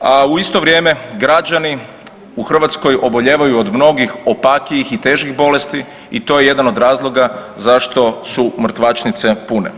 a u isto vrijeme građani u Hrvatskoj obolijevaju od mnogih opakijih i težih bolesti i to je jedan od razloga zašto su mrtvačnice pune.